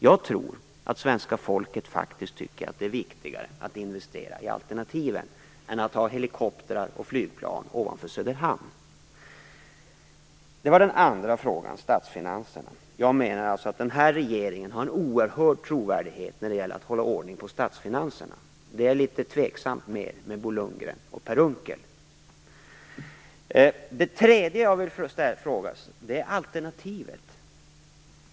Jag tror att svenska folket faktiskt tycker att det är viktigare att investera i alternativen än att ha helikoptrar och flygplan ovanför Söderhamn. Jag menar alltså att den här regeringen har en oerhörd trovärdighet när det gäller att hålla ordning på statsfinanserna. Det är litet tveksamt med Bo Lundgren och Per Unckel. Sedan vill jag fråga om alternativet.